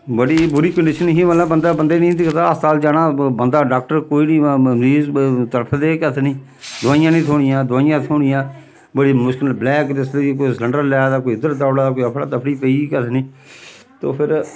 बड़ी बुरी कंडीशन ही मतलब बंदा बंदे निं दिक्खदा अस्पताल जाना बंदा डाक्टर कोई निं मरीज़ तरफदे हे कक्ख निं दोआइयां निं थ्होनियां दोआइयां थ्होनियां बड़ी मुश्कल ब्लैक कोई सलंडर लै दा कोई इद्धर दौड़ा दा कोई अफड़ा तफड़ी पेई गेई कक्ख निं तो फिर